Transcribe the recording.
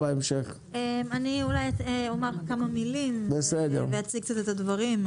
אומר כמה מילים ואציג קצת את הדברים.